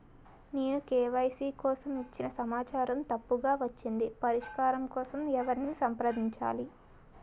నేను కే.వై.సీ కోసం ఇచ్చిన సమాచారం తప్పుగా వచ్చింది పరిష్కారం కోసం ఎవరిని సంప్రదించాలి?